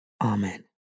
Amen